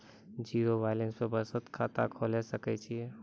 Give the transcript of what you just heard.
Zero balance पर बचत खाता खोले सकय छियै?